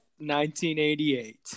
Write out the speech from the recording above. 1988